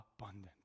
abundant